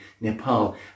Nepal